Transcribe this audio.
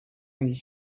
nid